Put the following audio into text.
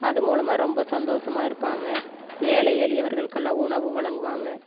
அது மூலமாக ரொம்ப சந்தோசமாக இருப்பாங்க ஏழை எளியவர்களுக்கெல்லாம் உணவு வழங்குவாங்க